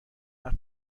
حرف